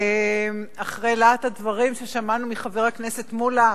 אחרי להט הדברים ששמענו מחבר הכנסת מולה,